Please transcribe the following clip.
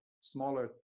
smaller